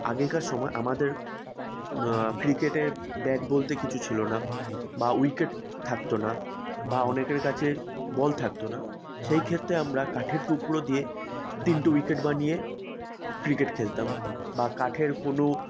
আগেকার সময় আমাদের ক্রিকেটের ব্যাট বলতে কিছু ছিলো না বা উইকেট থাকতো না বা অনেকের কাছে বল থাকতো না সেই ক্ষেত্রে আমরা কাঠের টুকরো দিয়ে তিনটে উইকেট বানিয়ে ক্রিকেট খেলতাম বা কাঠের কোনো